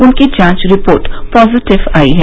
उनकी जांच report positive आई है